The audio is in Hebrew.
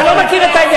חבר הכנסת משה גפני,